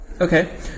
Okay